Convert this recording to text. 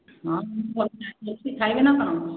ହଁ ଖାଇବେ ନା କଣ